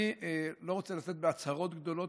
אני לא רוצה לצאת בהצהרות גדולות,